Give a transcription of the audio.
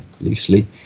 loosely